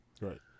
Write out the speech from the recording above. right